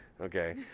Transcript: Okay